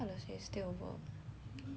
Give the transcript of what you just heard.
my 爸爸 is very strict